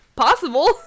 Possible